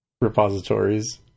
repositories